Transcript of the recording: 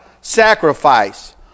sacrifice